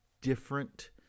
different